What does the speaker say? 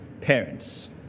parents